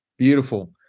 Beautiful